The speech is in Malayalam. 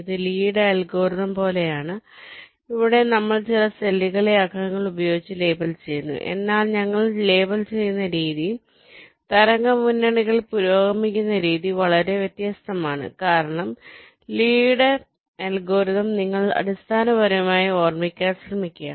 ഇത് ലീയുടെ അൽഗോരിതംLee's algorithm പോലെയാണ് ഇവിടെയും നമ്മൾ ചില സെല്ലുകളെ അക്കങ്ങൾ ഉപയോഗിച്ച് ലേബൽ ചെയ്യുന്നു എന്നാൽ ഞങ്ങൾ ലേബൽ ചെയ്യുന്ന രീതി തരംഗ മുന്നണികൾ പുരോഗമിക്കുന്ന രീതി വളരെ വ്യത്യസ്തമാണ് കാരണം ലീയുടെ അൽഗോരിതംLee's algorithm നിങ്ങൾ അടിസ്ഥാനപരമായി ഓർമ്മിക്കാൻ ശ്രമിക്കുക